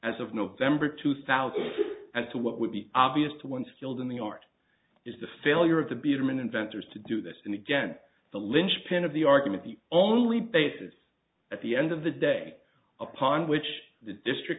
as of november two thousand and two what would be obvious to one skilled in the art is the failure of the biederman inventors to do this and again the linchpin of the argument the only basis at the end of the day upon which the district